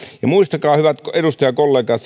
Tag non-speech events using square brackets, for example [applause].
ja muistakaa hyvät edustajakollegat [unintelligible]